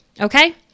Okay